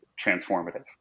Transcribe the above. transformative